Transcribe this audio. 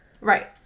Right